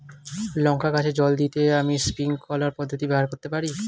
লঙ্কা গাছে জল দিতে আমি স্প্রিংকলার পদ্ধতি ব্যবহার করতে পারি?